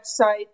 website